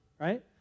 right